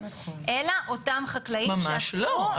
אלא אותם חקלאים שעצרו את התקציב --- ממש לא.